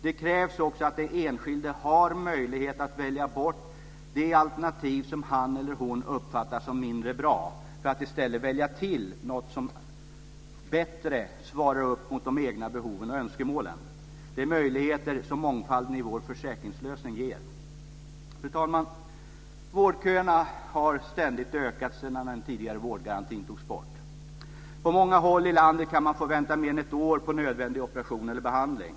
Det krävs också att den enskilde har möjlighet att välja bort de alternativ som han eller hon uppfattar som mindre bra för att i stället välja till något som bättre svarar upp mot de egna behoven och önskemålen. Det är möjligheter som mångfalden i vår försäkringslösning ger. Fru talman! Vårdköerna har ständigt ökat sedan den tidigare vårdgarantin togs bort. På många håll i landet kan man få vänta mer än ett år på nödvändig operation eller behandling.